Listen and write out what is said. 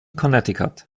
connecticut